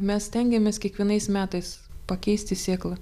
mes stengiamės kiekvienais metais pakeisti sėklą